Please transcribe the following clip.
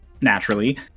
Naturally